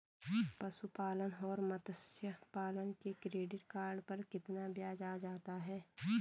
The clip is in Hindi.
पशुपालन और मत्स्य पालन के क्रेडिट कार्ड पर कितना ब्याज आ जाता है?